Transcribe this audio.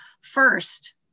first